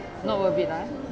not worth it lah